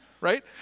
right